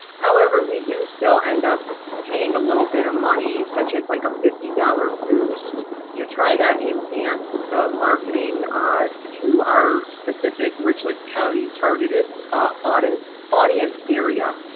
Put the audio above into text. however we do still end up paying a little bit of money, such as like a fifty dollars boost to try to enhance the marketing to our specific richland county targeted audience audience area.